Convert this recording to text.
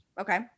Okay